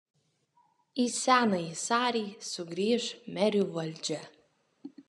į senąjį sarį sugrįš merių valdžia